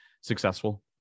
successful